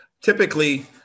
Typically